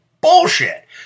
Bullshit